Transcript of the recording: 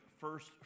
first